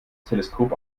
teleskop